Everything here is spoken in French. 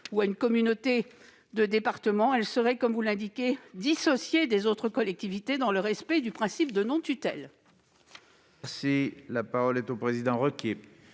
ni à une communauté de départements. Elle serait, comme vous l'indiquez, dissociée des autres collectivités dans le respect du principe de non-tutelle.